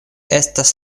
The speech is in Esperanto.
estas